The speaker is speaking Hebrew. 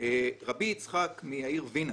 רבי יצחק מהעיר וינה,